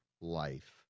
life